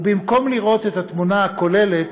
ובמקום לראות את התמונה הכוללת,